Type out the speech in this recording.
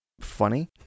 funny